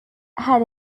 had